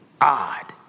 odd